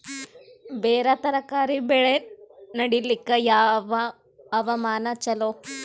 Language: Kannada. ಬೇರ ತರಕಾರಿ ಬೆಳೆ ನಡಿಲಿಕ ಯಾವ ಹವಾಮಾನ ಚಲೋ?